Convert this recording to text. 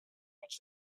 pouch